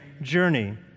journey